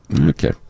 Okay